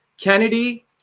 Kennedy